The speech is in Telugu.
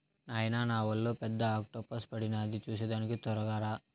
నాయనా నావలో పెద్ద ఆక్టోపస్ పడినాది చూసేదానికి తొరగా రా